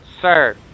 Sir